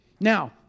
now